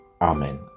Amen